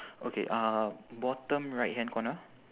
okay uh bottom right hand corner